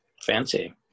Fancy